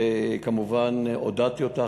וכמובן עודדתי אותה,